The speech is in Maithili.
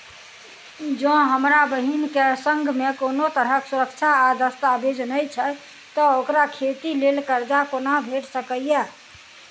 जँ हमरा बहीन केँ सङ्ग मेँ कोनो तरहक सुरक्षा आ दस्तावेज नै छै तऽ ओकरा खेती लेल करजा कोना भेटि सकैये?